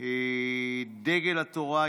דגל התורה.